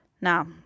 Now